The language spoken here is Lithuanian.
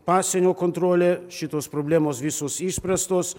pasienio kontrole šitos problemos visos išspręstos